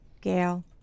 Gail